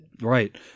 Right